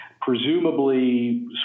presumably